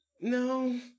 No